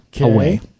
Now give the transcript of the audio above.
away